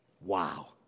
Wow